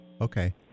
Okay